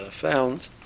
found